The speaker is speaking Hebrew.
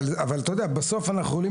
ושוב,